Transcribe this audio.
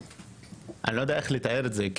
אני לא יודע איך לתאר את זה.